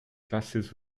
classes